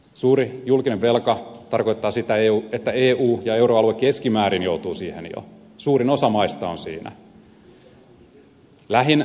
suuri julkinen velka tarkoittaa sitä että eu ja euroalue keskimäärin joutuu siihen jo suurin osa maista on siinä